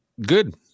Good